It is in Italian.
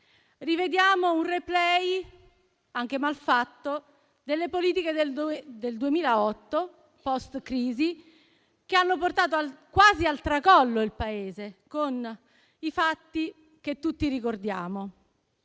Rivediamo un *replay* - anche mal fatto - delle politiche del 2008 post-crisi, che hanno portato il Paese quasi al tracollo, con i fatti che tutti ricordiamo.